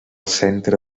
centre